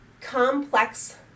complex